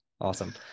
Awesome